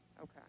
Okay